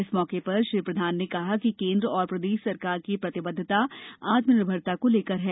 इस मौके पर श्री प्रधान ने कहा कि केंद्र एवं प्रदेश सरकार की प्रतिबद्धता आत्मनिर्भरता को लेकर है